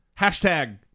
Hashtag